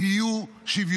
הן יהיו שוויוניות,